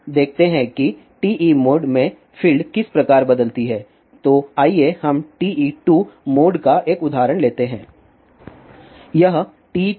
अब देखते हैं कि TE मोड में फ़ील्ड किस प्रकार बदलती है तो आइए हम TE2 मोड का एक उदाहरण लेते हैं